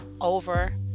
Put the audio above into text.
over